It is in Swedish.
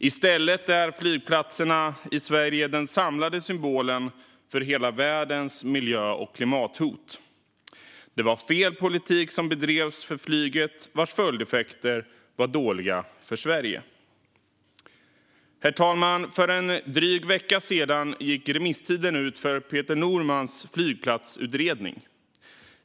I stället är flygplatserna i Sverige den samlade symbolen för hela världens miljö och klimathot. Det var fel politik som bedrevs för flyget, med dåliga följdeffekter för Sverige. Herr talman! För en dryg vecka sedan gick remisstiden ut för Peter Normans flygplatsutredning.